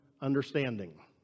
understanding